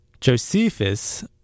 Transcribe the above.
Josephus